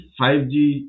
5G